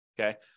Okay